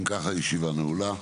אם כך, הישיבה נעולה.